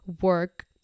work